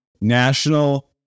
National